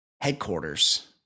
headquarters